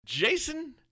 Jason